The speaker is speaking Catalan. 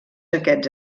aquests